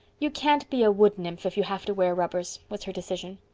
you can't be a wood-nymph if you have to wear rubbers, was her decision.